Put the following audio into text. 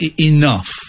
Enough